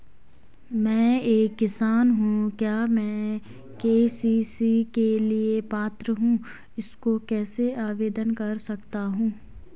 मैं एक किसान हूँ क्या मैं के.सी.सी के लिए पात्र हूँ इसको कैसे आवेदन कर सकता हूँ?